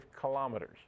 kilometers